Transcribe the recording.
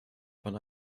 von